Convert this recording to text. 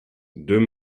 deux